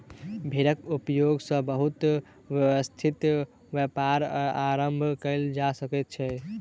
भेड़क उपयोग सॅ बहुत व्यवस्थित व्यापार आरम्भ कयल जा सकै छै